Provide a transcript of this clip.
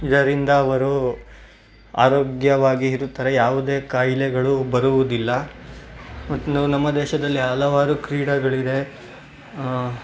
ಇದರಿಂದ ಅವರು ಆರೋಗ್ಯವಾಗಿ ಇರುತ್ತಾರೆ ಯಾವುದೇ ಕಾಯಿಲೆಗಳು ಬರುವುದಿಲ್ಲ ಮತ್ತು ನಮ್ಮ ದೇಶದಲ್ಲಿ ಹಲವಾರು ಕ್ರೀಡೆಗಳಿದೆ